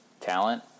talent